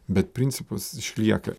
bet principas išlieka